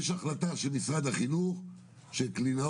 יש החלטה של משרד החינוך שקלינאות